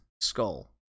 skull